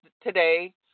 today